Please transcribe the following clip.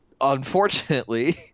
unfortunately